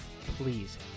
please